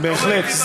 בהחלט.